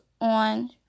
on